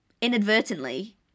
inadvertently